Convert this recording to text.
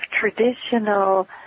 traditional